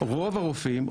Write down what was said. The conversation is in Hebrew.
רוב הרופאים,